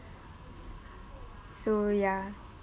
so ya